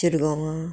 शिरगावां